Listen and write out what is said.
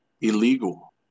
Illegal